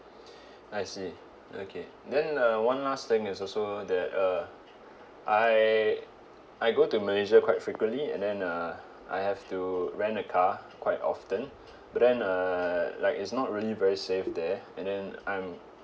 I see okay then uh one last thing is also that uh I I go to malaysia quite frequently and then uh I have to rent a car quite often but then uh like it's not really very safe there and then I'm